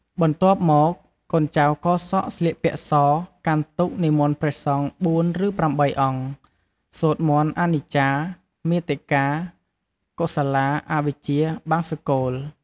បន្ទាប់មកកូនចៅកោរសក់ស្លៀកពាក់ស កាន់ទុក្ខ និមន្តព្រះសង្ឃ ៤ ឬ៨អង្គ សូត្រធម៌អនិច្ចា មាតិកា កុសលា អវិជ្ជា បង្សុកូល ។